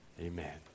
Amen